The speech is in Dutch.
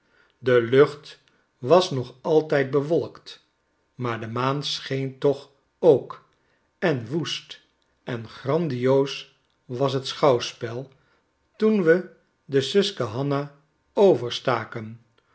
de lucht was nog altijd bewolkt maar de maan scheen toch ook en woest en grandioos was het schouwspel toen we de susquehanna overstaken